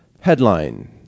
Headline